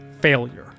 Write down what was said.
failure